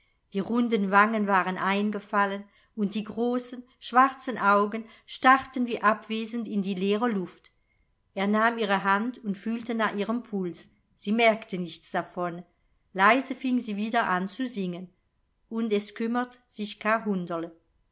die runden wangen waren eingefallen und die großen schwarzen augen starrten wie abwesend in die leere luft er nahm ihre hand und fühlte nach ihrem puls sie merkte nichts davon leise fing sie wieder an zu singen und es kümmert sich ka